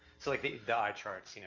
so like the the eye charts, you know